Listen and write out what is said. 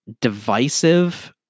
divisive